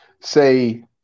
say